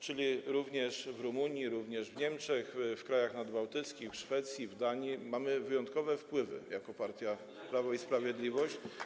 Czyli również w Rumunii, w Niemczech, w krajach nadbałtyckich, w Szwecji, w Danii mamy wyjątkowe wpływy jako partia Prawo i Sprawiedliwość.